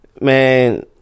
Man